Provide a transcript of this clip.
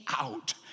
out